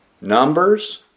Numbers